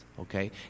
Okay